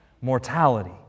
Mortality